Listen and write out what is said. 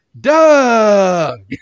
Doug